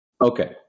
Okay